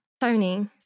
Tony